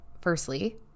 firstly